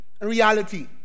reality